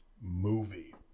movie